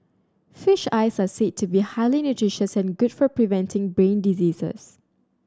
fish eyes are said to be highly nutritious and good for preventing brain diseases